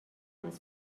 ens